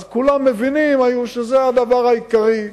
כולם הבינו שזה הדבר העיקרי.